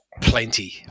plenty